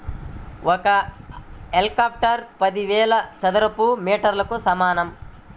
ఒక హెక్టారు పదివేల చదరపు మీటర్లకు సమానం